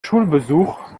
schulbesuch